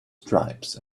stripes